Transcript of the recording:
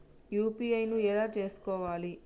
UPI ను ఎలా చేస్కోవాలి?